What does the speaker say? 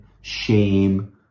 shame